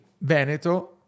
Veneto